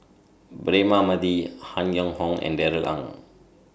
Braema Mathi Han Yong Hong and Darrell Ang